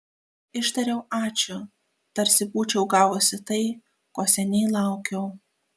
ištariau ačiū tarsi būčiau gavusi tai ko seniai laukiau